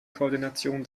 koordination